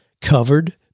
covered